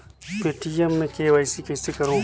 Paytm मे KYC कइसे करव?